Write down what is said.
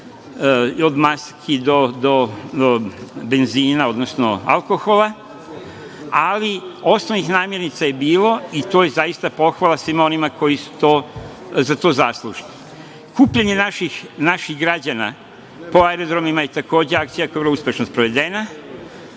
od maski do benzina, odnosno alkohola, ali osnovnih namirnica je bilo i to je zaista pohvala svima onima koji su za to zaslužni. Kupljenje naših građana po aerodromima je takođe akcija koja je vrlo uspešno provedena.